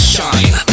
Shine